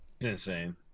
insane